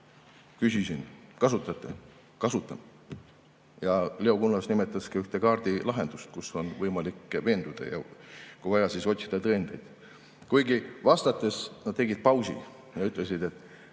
kas kasutate. "Kasutame." Leo Kunnas nimetas ühte kaardilahendust, kus on võimalik veenduda ja kui vaja, siis otsida tõendeid. Kuigi vastates nad tegid pausi ja ütlesid: